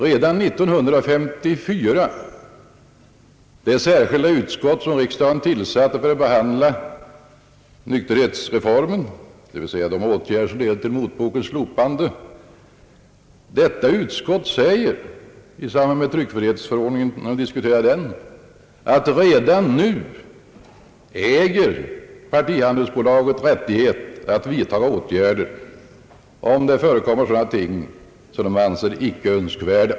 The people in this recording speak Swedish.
Redan 1954, då vi hade det särskilda utskott riksdagen tillsatte för att behandla nykterhetsreformen, dvs. de åtgärder som ledde till motbokens slopande, sade detta utskott i samband med diskussioner om tryckfrihetsförordningen, att redan nu äger partihandelsbolaget rättighet att vidtaga åtgärder om det förekommer någonting som bolaget anser icke önskvärt.